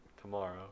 tomorrow